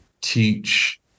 teach